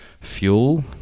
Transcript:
fuel